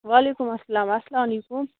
وَعیلکُم اَسلام اَسلام علیکُم